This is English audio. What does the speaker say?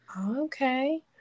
Okay